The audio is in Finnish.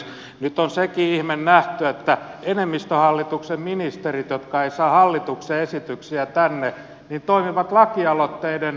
nyt on sekin ihme nähty että enemmistöhallituksen ministerit jotka eivät saa hallituksen esityksiä tänne toimivat lakialoitteiden esiintuojina